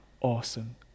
awesome